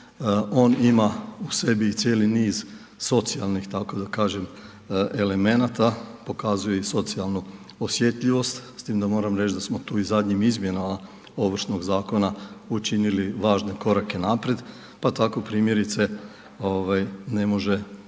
on ima u sebi i cijeli niz socijalnih tako da kažem elemenata, pokazuje i socijalnu osjetljivost, s tim da moram reći da smo tu i zadnjim izmjenama Ovršnog zakona učinili važne korake naprijed, pa tako primjerice ovaj ne može